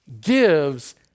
gives